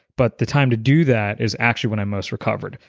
but the time to do that is actually when i'm most recovered,